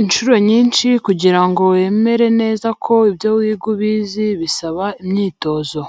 Incuro nyinshi kugira ngo wemere neza ko ibyo wiga ubizi bisaba imyitozo.